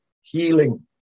healing